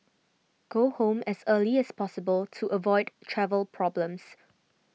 go home as early as possible to avoid travel problems